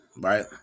right